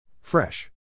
Fresh